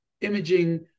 imaging